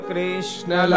Krishna